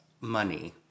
money